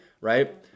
right